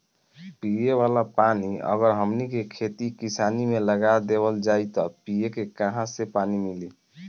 पिए वाला पानी अगर हमनी के खेती किसानी मे लगा देवल जाई त पिए के काहा से पानी मीली